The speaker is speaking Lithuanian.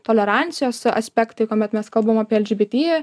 tolerancijos aspektai kuomet mes kalbam apie lgbt